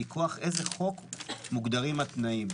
מכוח איזה חוק מוגדרים התנאים?